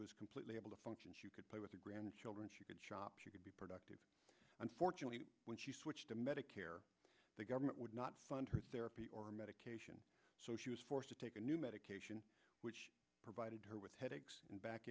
was completely able to function she could play with the grandchildren she could shop she could be productive unfortunately when she switched to medicare the government would not fund her therapy or medication so she was forced to take a new medication which provided her with headaches and back